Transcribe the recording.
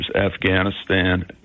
Afghanistan